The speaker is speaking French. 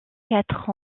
quatre